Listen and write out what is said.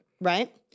Right